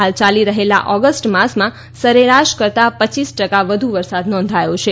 હાલ ચાલી રહેલા ઓગસ્ટ માસમાં સરેરાશ કરતા રપ ટકા વધુ વરસાદ નોંધાયો છે